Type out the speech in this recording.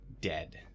dead